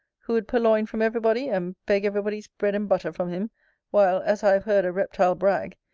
who would purloin from every body, and beg every body's bread and butter from him while, as i have heard a reptile brag,